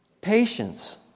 patience